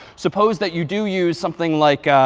suppose that you do use something like